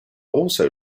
also